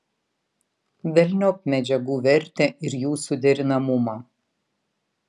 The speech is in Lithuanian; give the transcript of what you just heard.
velniop medžiagų vertę ir jų suderinamumą